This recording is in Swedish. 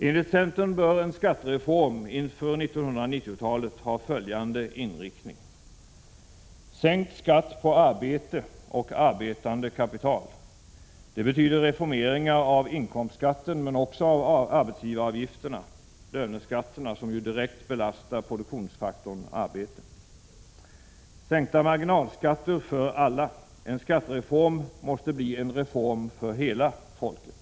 Enligt centern bör en skatteform inför 1990-talet ha följande inriktning: O Sänkt skatt på arbete och arbetande kapital. Det betyder reformeringar av inkomstskatten men också av arbetsgivaravgifterna — löneskatterna — som ju direkt belastar produktionsfaktorn arbete. Oo Sänkta marginalskatter för alla. En skattereform måste bli en reform för hela folket.